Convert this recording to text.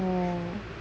oh